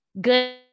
Good